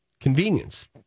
convenience